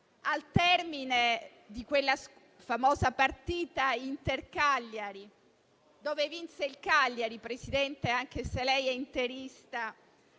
al termine di quella famosa partita Inter-Cagliari, dove vinse il Cagliari. Presidente, voglio ricordarla, anche se lei è interista,